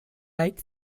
light